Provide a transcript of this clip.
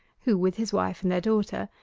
who, with his wife and their daughter,